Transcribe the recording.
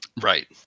Right